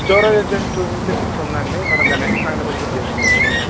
storage వచ్చి two fifty six ఉందండి మనం దాన్ని ఎక్స్టెండబుల్ కూడా చేసుకోవచ్చు